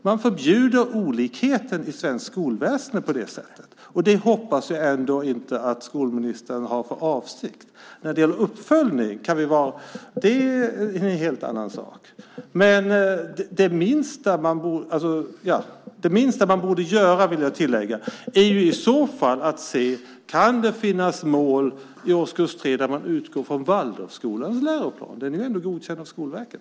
Man förbjuder olikheten i svenskt skolväsende på det sättet. Det hoppas jag ändå inte att skolministern har för avsikt. En uppföljning är en helt annan sak. Det minsta man borde göra, vill jag tillägga, är i så fall att se: Kan det finnas mål i årskurs 3 där man utgår från Waldorfskolans läroplan? Den är ju ändå godkänd av Skolverket.